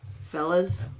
Fellas